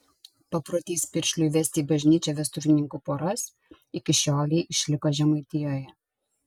paprotys piršliui vesti į bažnyčią vestuvininkų poras iki šiolei išliko žemaitijoje